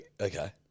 Okay